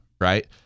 right